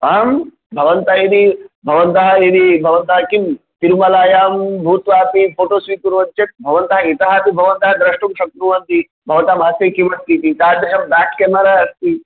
आम् भवन्तः यदि भवन्तः यदि भवन्तः किं तिरुमलायां भूत्वापि फोटो स्वीकुर्वन्ति चेत् भवन्तः इतः अपि द्रष्टुं शक्नुवन्ति भवतां हस्ते किमस्ति इति तादृशं ब्याक् क्यामेरा